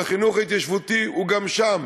והחינוך ההתיישבותי הוא גם שם.